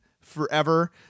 forever